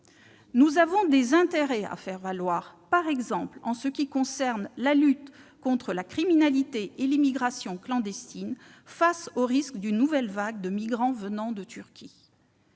Nous avons des intérêts à faire valoir, par exemple en ce qui concerne la lutte contre la criminalité et l'immigration clandestine, face au risque d'une nouvelle vague de migrants venant de Turquie.